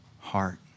Heart